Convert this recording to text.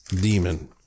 demon